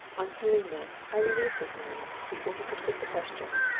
on hearing this, i relieved his mind, before he could put the question,